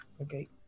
Okay